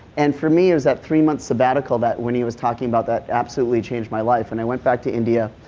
and for me it was that three month sabbatical that winnie was talking about that absolutely changed my life when i went back to india.